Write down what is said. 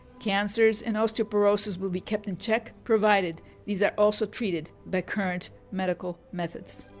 cancers and osteoporosis will be kept in check provided these are also treated by current medical methods.